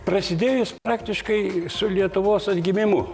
prasidėjus praktiškai su lietuvos atgimimu